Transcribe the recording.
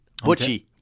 Butchie